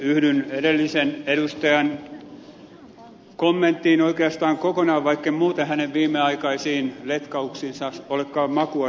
yhdyn edellisen edustajan kommenttiin oikeastaan kokonaan vaikken muuten hänen viimeaikaisiin letkauksiinsa olekaan makua saanut